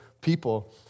People